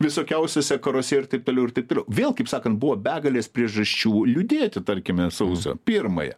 visokiausiuose karuose ir taip toliau ir taip toliau vėl kaip sakant buvo begalės priežasčių liūdėti tarkime sausio pirmąją